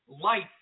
life